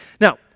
Now